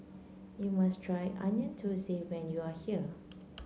you must try Onion Thosai when you are here